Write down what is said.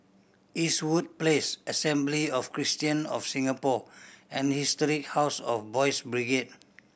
Eastwood Place Assembly of Christian of Singapore and Historic House of Boys' Brigade